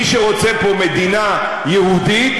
מי שרוצה פה מדינה יהודית,